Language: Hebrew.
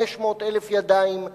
500,000 ידיים,